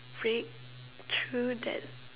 fake through that